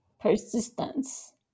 persistence